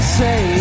say